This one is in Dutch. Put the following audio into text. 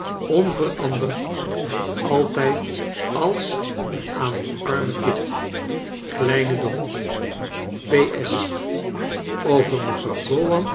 onveranderd en altijd als aan uw arme kind kleine dorrit p s over mevrouw